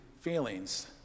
feelings